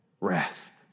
rest